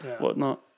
whatnot